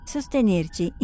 Sostenerci